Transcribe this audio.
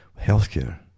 healthcare